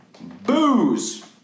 booze